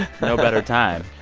no better time.